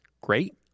great